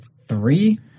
three